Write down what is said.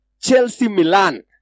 Chelsea-Milan